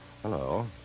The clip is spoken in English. Hello